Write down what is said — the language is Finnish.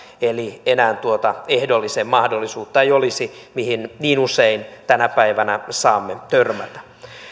eli enää tuota ehdollisen mahdollisuutta ei olisi mihin niin usein tänä päivänä saamme törmätä